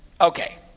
okay